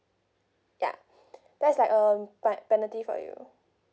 yeah that's like a pen~ penalty for you